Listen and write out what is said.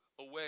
away